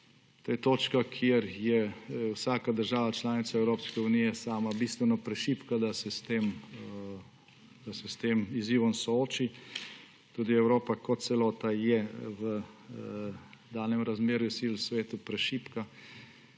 To je točka, kjer je vsaka država članica Evropske unije sama bistveno prešibka, da se s tem izzivom sooči, tudi Evropa kot celota je v danem razmerju sil v svetu prešibka.